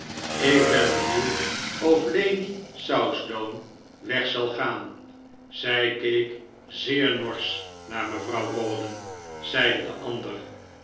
ik ben benieuwd of lady southdown weg zal gaan zij keek zeer norsch naar mevrouw rawdon zeide de ander